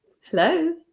Hello